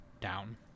down